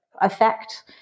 effect